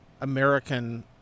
American